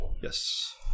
Yes